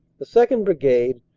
the second. brigade,